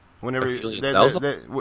Whenever